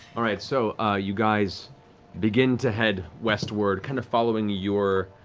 all right, so you guys begin to head westward, kind of following your